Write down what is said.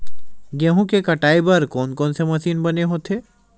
गेहूं के कटाई बर कोन कोन से मशीन बने होथे?